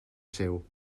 seu